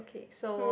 K so